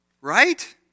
Right